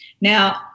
Now